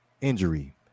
injury